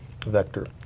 vector